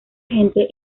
gente